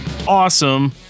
awesome